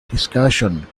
discussion